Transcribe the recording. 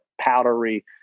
powdery